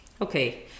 Okay